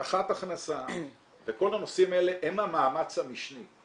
הבטחת הכנסה וכל הנושאים האלה הם המאמץ המשני.